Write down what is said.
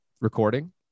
recording